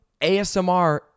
ASMR